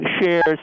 shares